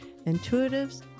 Intuitives